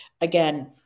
Again